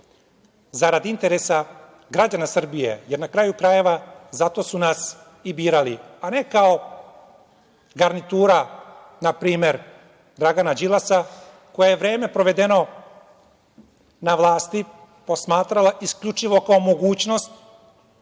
zarad interesa građana Srbije, jer na kraju krajeva zato su nas i birali, a ne kao garnitura, na primer Dragana Đilasa, koja je vreme provedeno na vlasti posmatrala isključivo kao mogućnost